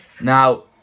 Now